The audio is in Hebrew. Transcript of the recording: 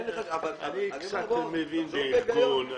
אני קצת מבין בארגון.